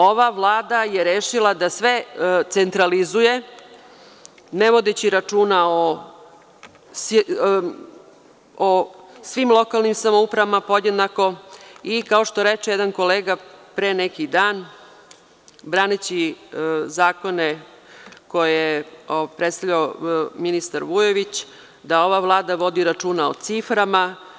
Ova Vlada je rešila da sve centralizuje, ne vodeći računa o svim lokalnim samoupravama podjednako i, kao što reče jedan kolega pre neki dan, braneći zakone koje je predstavljao ministar Vujović, ova Vlada vodi računa o ciframa.